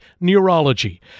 neurology